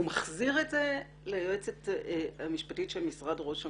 הוא מחזיר את זה ליועצת המשפטית של משרד ראש הממשלה,